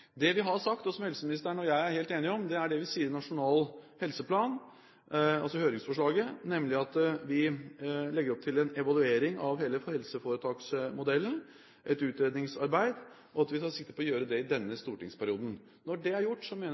Det vi har sagt, og som helseministeren og jeg er helt enige om, er det som står i høringsforslaget til nasjonal helseplan, nemlig at vi legger opp til en evaluering av hele helseforetaksmodellen, et utredningsarbeid, og at vi tar sikte på å gjøre det i denne stortingsperioden. Når det er gjort, mener jeg